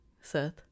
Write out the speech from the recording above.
Seth